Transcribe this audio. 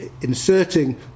inserting